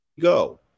go